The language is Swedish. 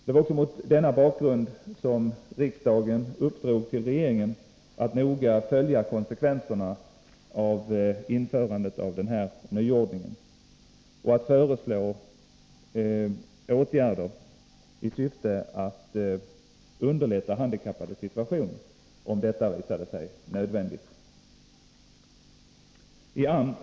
Det var mot denna bakgrund riksdagen uppdrog åt regeringen att noga följa konsekvenserna av införandet av denna nyordning och att föreslå åtgärder i syfte att underlätta de handikappades situation, om detta visade sig nödvändigt.